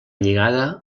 lligada